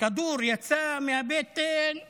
הכדור יצא מהבטן והחזה.